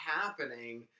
happening